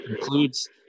includes